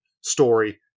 story